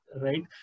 right